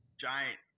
giant